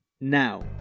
now